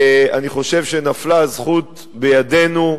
אני חושב שנפלה הזכות בידינו,